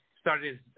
started